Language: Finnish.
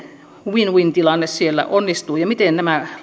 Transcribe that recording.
win win tilanne siellä onnistuu ja miten nämä